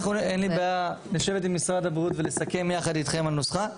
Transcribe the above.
אין לי בעיה לשבת עם משרד הבריאות ולסכם יחד איתכם על נוסחה,